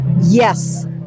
yes